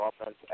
offense